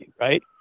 right